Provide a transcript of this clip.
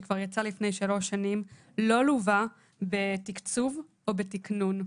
שכבר יצא לפני שלוש שנים לא לווה בתקצוב או בתכנון,